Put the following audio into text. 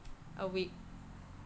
a week